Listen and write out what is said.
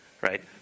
right